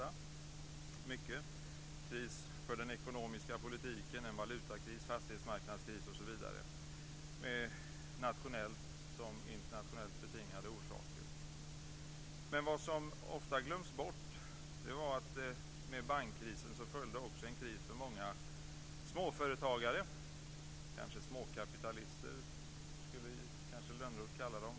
Det var en kris för den ekonomiska politiken, en valutakris, en fastighetsmarknadskris osv., med såväl nationellt som internationellt betingade orsaker. Vad som ofta glöms bort är att med bankkrisen följde också en kris för många småföretagare. Johan Lönnroth kanske skulle kalla dem småkapitalister - vad vet jag?